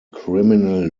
criminal